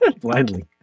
Blindly